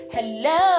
Hello